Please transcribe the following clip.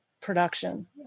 production